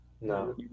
no